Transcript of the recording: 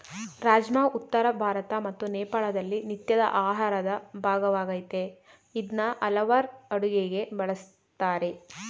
ರಾಜ್ಮಾ ಉತ್ತರ ಭಾರತ ಮತ್ತು ನೇಪಾಳದಲ್ಲಿ ನಿತ್ಯದ ಆಹಾರದ ಭಾಗವಾಗಯ್ತೆ ಇದ್ನ ಹಲವಾರ್ ಅಡುಗೆಗೆ ಬಳುಸ್ತಾರೆ